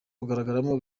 kugaragaramo